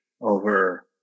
over